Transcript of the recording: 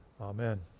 Amen